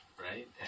right